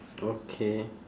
okay